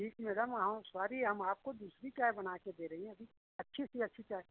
ठीक है मैडम हाँ सॉरी हम आपको दूसरी चाय बना कर दे रहे हैं अच्छी सी अच्छी चाय